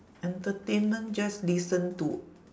entertainment just listen to